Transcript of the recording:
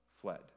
fled